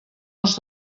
els